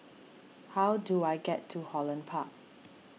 how do I get to Holland Park